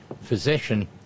physician